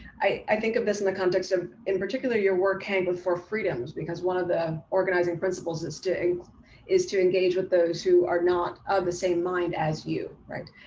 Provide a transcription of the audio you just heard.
i think of this in the context of, in particular, your work hank with four freedoms, because one of organizing principles that still is to engage with those who are not of the same mind as you, right?